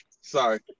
Sorry